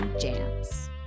Jams